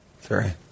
sorry